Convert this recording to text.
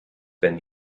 been